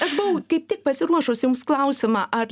aš buvau kaip tik pasiruošus jums klausimą ar